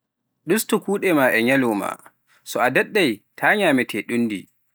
Ɗustu kuuɗe maa e nyalooma, so a daɗɗay taa nyaametee ɗuuɗndi.